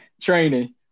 training